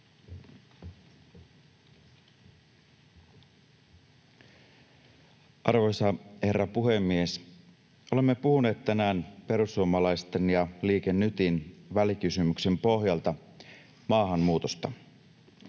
Arvoisa herra puhemies! Olemme puhuneet tänään perussuomalaisten ja Liike Nytin välikysymyksen pohjalta maahanmuutosta.